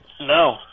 No